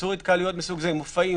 אסורות התקהלויות מסוג זה, מופעים